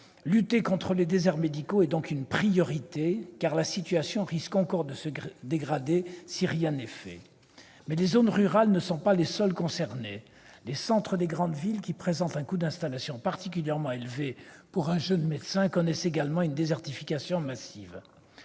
Lutter contre les déserts médicaux est donc une priorité, car la situation risque encore de se dégrader si rien n'est fait. Les zones rurales ne sont pas les seules concernées : les centres des grandes villes, qui présentent un coût d'installation particulièrement élevé pour un jeune médecin, connaissent également une désertification massive.